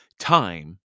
Time